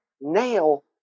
nail